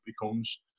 becomes